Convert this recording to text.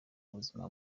ubuzima